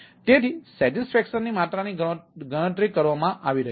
તેથી સૈટિસ્ફૈક્શનની માત્રાની ગણતરી કરવામાં આવી રહી છે